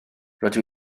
rydw